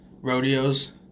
Rodeos